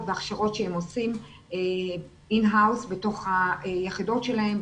בהכשרות שהם עושים בתוך היחידות שלהם,